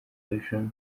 vision